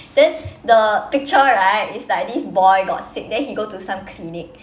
then the picture right is like this boy got sick then he go to some clinic